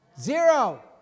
Zero